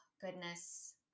goodness